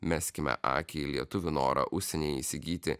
meskime akį į lietuvių norą užsieny įsigyti